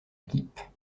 équipes